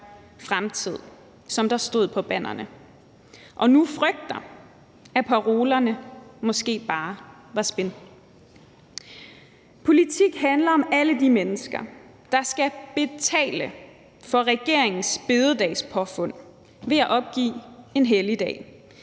fremtid, som der stod på bannerne, men som nu frygter, at parolerne måske bare var spin; politik handler om alle de mennesker, der skal betale for regeringens store bededagspåfund ved at opgive en helligdag,